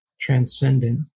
transcendent